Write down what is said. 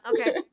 okay